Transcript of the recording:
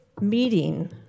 meeting